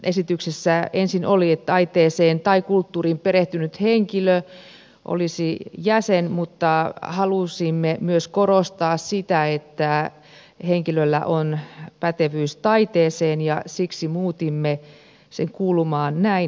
esityksessä ensin oli että taiteeseen tai kulttuuriin perehtynyt henkilö olisi jäsen mutta halusimme myös korostaa sitä että henkilöllä on pätevyys taiteeseen ja siksi muutimme sen kuulumaan näin